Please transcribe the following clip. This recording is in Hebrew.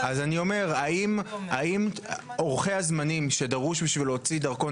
האם אורכי הזמנים שדרושים בשביל להוציא דרכון